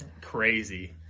Crazy